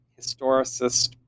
historicist